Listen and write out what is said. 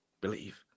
believe